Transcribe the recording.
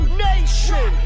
nation